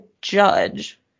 judge